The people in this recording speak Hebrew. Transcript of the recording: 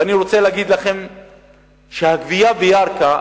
ואני רוצה להגיד לכם שהגבייה בירכא,